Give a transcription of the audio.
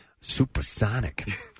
Supersonic